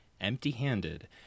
empty-handed